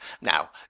now